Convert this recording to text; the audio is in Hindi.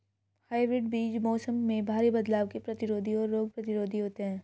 हाइब्रिड बीज मौसम में भारी बदलाव के प्रतिरोधी और रोग प्रतिरोधी होते हैं